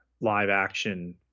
live-action